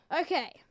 Okay